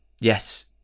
Yes